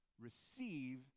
receive